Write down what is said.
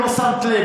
אם לא שמת לב.